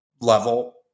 level